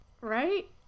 Right